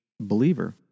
believer